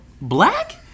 black